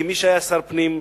כמי שהיה שר פנים,